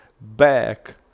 back